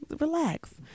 Relax